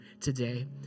today